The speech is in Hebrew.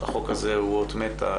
החוק הזה הוא אות מתה,